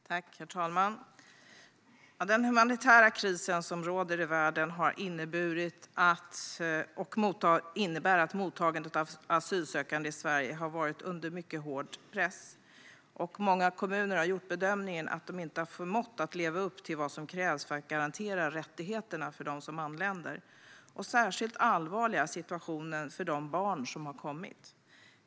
Herr talman! Den humanitära krisen i världen innebär att mottagandet av asylsökande i Sverige är och har varit under mycket hård press. Många kommuner har gjort bedömningen att de inte har förmått leva upp till det som krävs för att garantera rättigheterna för dem som anländer. Särskilt allvarlig är situationen för de barn som har kommit hit.